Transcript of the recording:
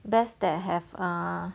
best that have uh